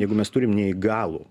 jeigu mes turim neįgalų